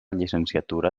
llicenciatura